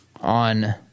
on